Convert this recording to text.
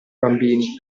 bambini